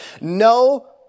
No